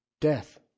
death